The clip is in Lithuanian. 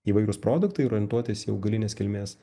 įvairūs produktai ir orientuotis į augalinės kilmės